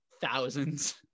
thousands